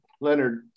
Leonard